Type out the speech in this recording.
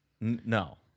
no